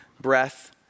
breath